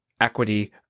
equity